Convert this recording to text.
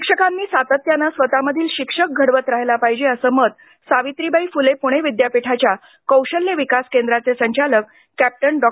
शिक्षकांनी सातत्याने स्वतःमधील शिक्षक घडवत राहिला पाहिजे असं मत सावित्रीबाई फुले पुणे विद्यापीठाच्या कौशल्य विकास केंद्राचे संचालक कॅप्टन डॉ